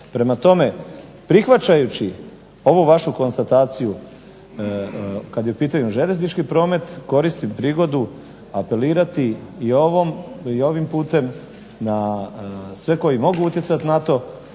Prema tome, prihvaćajući ovu vašu konstataciju kada je u pitanju željeznički promet, koristim prigodu apelirati i ovim putem na sve koji mogu utjecati na to